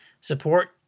Support